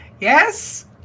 Yes